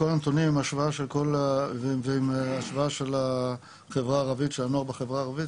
הנתונים עם השוואה של החברה הערבית ושל הנוער בחברה הערבית,